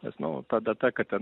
nes nu ta data kad ten